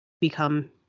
become